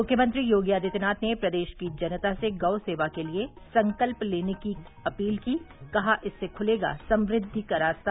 मुख्यमंत्री योगी आदित्यनाथ ने प्रदेश की जनता से गौ सेवा के लिए संकल्प लेने की अपील की कहा इससे ख्लेगा समृद्धि का रास्ता